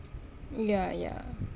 ya ya